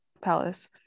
palace